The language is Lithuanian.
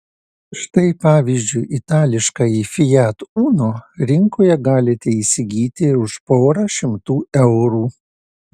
štai pavyzdžiui itališkąjį fiat uno rinkoje galite įsigyti ir už porą šimtų eurų